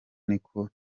niko